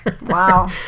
Wow